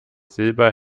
silber